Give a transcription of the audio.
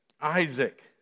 Isaac